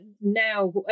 now